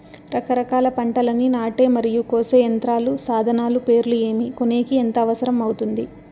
రకరకాల పంటలని నాటే మరియు కోసే యంత్రాలు, సాధనాలు పేర్లు ఏమి, కొనేకి ఎంత అవసరం అవుతుంది?